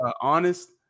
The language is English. honest